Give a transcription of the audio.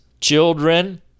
children